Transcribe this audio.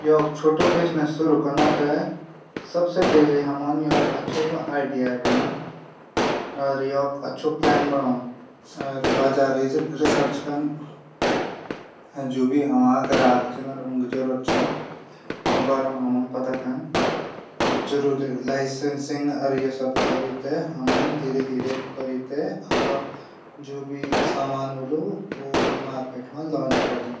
एक छुटू बिजनेस शुरू कनो तै सबसे पैली हम एक आइडिया ढुंढण और एक अछू प्लान बणाण बजार क रिसर्च कन। जू भी हमर ग्राहक छन ऊ बारा हमन पता कन जरूरी लाइसेंस यू सब कौरी तै धीरे धीरे कौरी तै जू भी सामान होलू मार्केट मा लॉच कैरी दीण